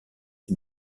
qui